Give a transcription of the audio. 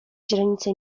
źrenice